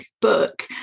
book